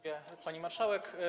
Pani Marszałek!